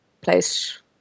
place